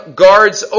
guards